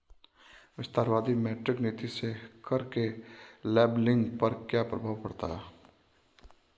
विस्तारवादी मौद्रिक नीति से कर के लेबलिंग पर क्या प्रभाव पड़ता है?